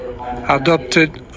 adopted